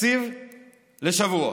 תקציב לשבוע.